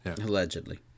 Allegedly